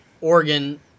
Oregon